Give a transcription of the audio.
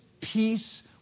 peace